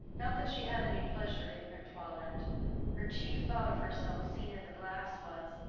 not that she had any pleasure in her toilet her chief thought of herself seen in the glass was,